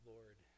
Lord